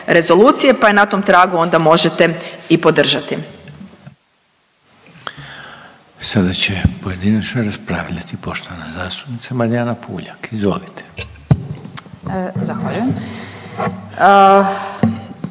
rezolucije pa je na tom tragu onda možete i podržati. **Reiner, Željko (HDZ)** Sada će pojedinačno raspravljati poštovana zastupnica Marijana Puljak. Izvolite. **Puljak,